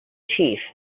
chief